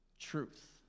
truth